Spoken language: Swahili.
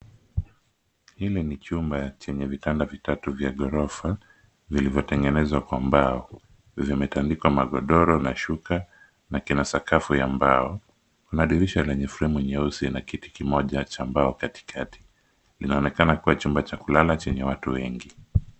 Hili ni chumba chenye vitanda vitatu vya ghorofa vilivyotengenezwa kwa mbao. Vimetandikwa magodoro na shuka na kina sakafu ya mbao. Kuna dirisha lenye fremu nyeusi na kiti kimoja cha mbao katikati. Linaonekana kuwa chumba cha kulala chenye watu wengi.